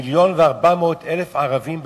מיליון ערבים בתוכנו,